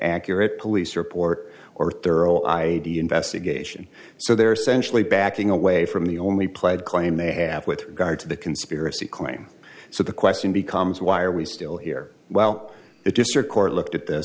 accurate police report or thorough i d investigation so they're essentially backing away from the only played claim they have with regard to the conspiracy claim so the question becomes why are we still here well the district court looked at th